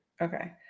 Okay